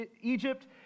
Egypt